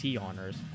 honors